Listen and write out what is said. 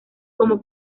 como